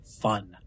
fun